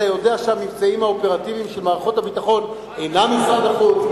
אתה יודע שהמבצעים האופרטיביים של מערכות הביטחון אינם משרד החוץ,